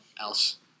else